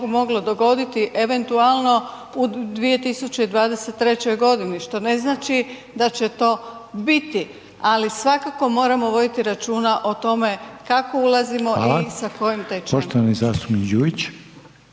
moglo dogoditi, eventualno u 2023. g. što znači da će to biti ali svakako moramo voditi računa o tome kako ulazimo i sa kojim tečajem.